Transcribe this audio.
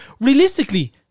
realistically